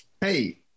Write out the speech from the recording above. Hey